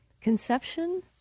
conception